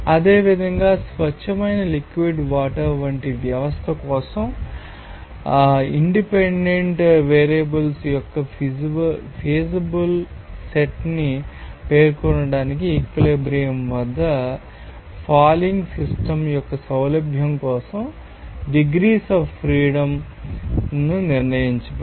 అదేవిధంగా స్వచ్ఛమైన liquid water వంటి వ్యవస్థ కోసం ఇండిపెండెంట్ వేరియబుల్ యొక్క ఫీజబుల్ సెట్ ని పేర్కొనడానికి ఈక్విలిబ్రియం వద్ద ఫాలింగ్ సిస్టమ్ యొక్క సౌలభ్యం కోసం డిగ్రీస్ అఫ్ ఫ్రీడమ్ లను నిర్ణయించండి